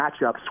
matchups